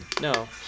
No